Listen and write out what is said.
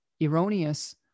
erroneous